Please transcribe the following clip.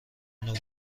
نوع